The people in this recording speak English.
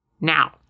Now